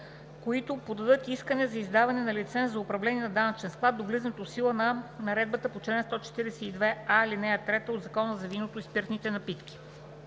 които подадат искане за издаване на лиценз за управление на данъчен склад до влизането в сила на наредбата по чл. 142а, ал. 3 от Закона за виното и спиртните напитки.